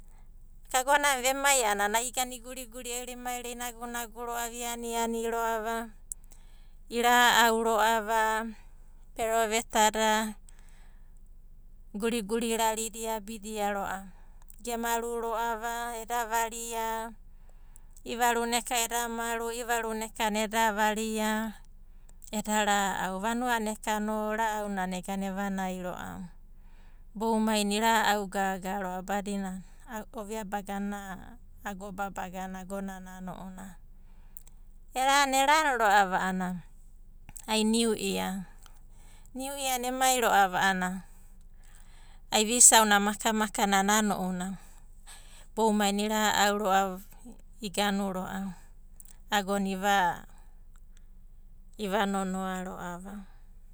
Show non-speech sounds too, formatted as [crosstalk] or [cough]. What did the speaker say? Agonana vemai a'anai iga iguriguri emai ro'a inagunagu ro'ava o aniani ro'ava, i ra'au ro'ava, perovetada, guriguri rarida iabi ro'ava. Gemaru ro'ava eda varia, i'ivaruna eka eda maru, i'ivaruna eka eda varia eda ra'au. Vanua na eka ra'aunana ega evanai ro'ava, boumainai ira'au gaga ro'ava badina i'inana ovia bagana ena ago babaga na ounanai. Eran erani ro'ava a'ana ai niu ia. Niu iana emai ro'ava a'anana ai vuisauna maka maka nana ounanai. Boumainai ira'au ro'a i [hesitation] ro'a agona iva nonoa ro'ava.